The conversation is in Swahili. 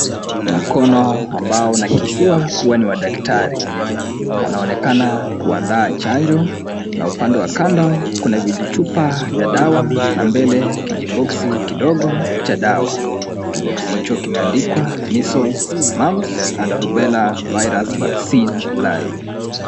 Mkono ambao unakisiwa kuwa ni wa daktari. Anaonekana kuandaa chanjo, na upande wa kando kuna vijichupa vya dawa na mbele kijiboksi kidogo cha dawa. Kiboksi hicho kimeandikwa missiles, mums, and rubella virus vaccine live .